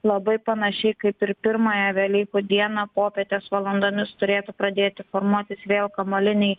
labai panašiai kaip ir pirmąją velykų dieną popietės valandomis turėtų pradėti formuotis vėl kamuoliniai